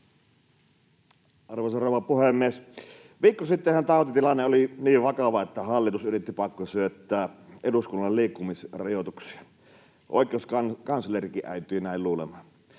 Arvoisa rouva puhemies! Viikko sittenhän tautitilanne oli niin vakava, että hallitus yritti pakkosyöttää eduskunnalle liikkumisrajoituksia. Oikeuskanslerikin äityi näin luulemaan,